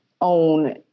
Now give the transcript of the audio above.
own